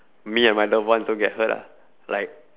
me and my loved ones don't get hurt ah like